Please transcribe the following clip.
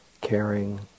caring